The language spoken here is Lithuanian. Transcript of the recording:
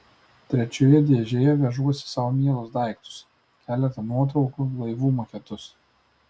trečioje dėžėje vežuosi sau mielus daiktus keletą nuotraukų laivų maketus